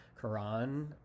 quran